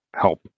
help